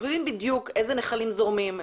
אנחנו יודעים בדיוק איזה נחלים זורמים,